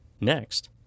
Next